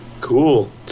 Cool